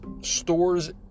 stores